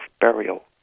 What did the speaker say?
burial